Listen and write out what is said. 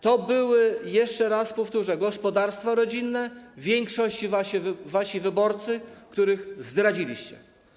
To były, jeszcze raz powtórzę, gospodarstwa rodzinne, w większości wasi wyborcy, których zdradziliście.